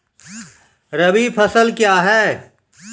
रबी फसल क्या हैं?